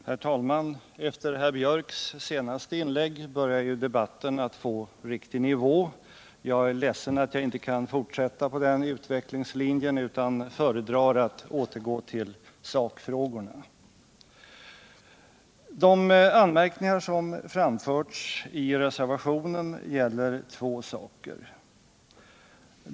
Herr talman! Efter Anders Björcks senaste inlägg börjar ju debatten få riktig nivå. Jag är ledsen att jag inte kan fortsätta på den utvecklingslinjen, utan föredrar att återgå till sakfrågorna. De anmärkningar som har framförts i reservationen gäller två saker.